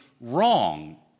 wrong